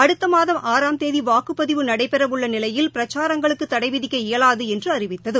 அடுத்தமாதம் தேதிவாக்குப்பதிவு நடைபெறவுள்ளநிலையில் பிரச்சாரங்களுக்குதடைவிதிக்க ஆறாம் இயலாதுஎன்றுஅறிவித்தது